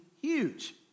huge